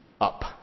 up